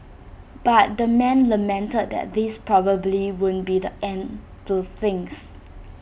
but the man lamented that this probably won't be the end to things